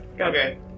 Okay